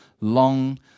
long